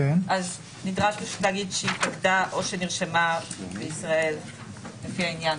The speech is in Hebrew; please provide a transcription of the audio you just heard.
נדרש לומר "שהתאגדה או שנרשמה בישראל לפי העניין".